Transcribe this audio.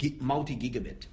multi-gigabit